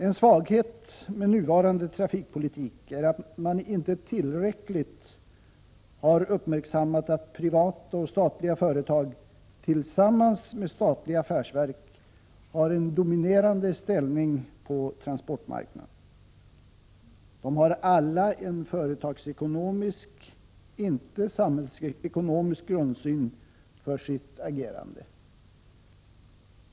En svaghet med nuvarande trafikpolitik är att man inte tillräckligt har uppmärksammat att privata och statliga företag tillsammans med statliga affärsverk har en dominerande ställning på transportmarknaden. De har alla en företagsekonomisk, inte samhällsekonomisk grundsyn för sitt agerande.